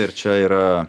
ir čia yra